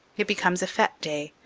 it becomes a fete day.